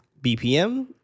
BPM